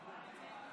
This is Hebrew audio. ובכן,